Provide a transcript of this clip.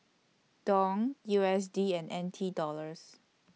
Dong U S D and N T Dollars